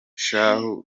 shahu